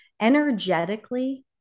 energetically